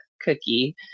cookie